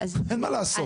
אין מה לעשות.